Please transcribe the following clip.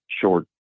short